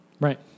Right